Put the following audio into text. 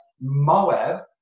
Moab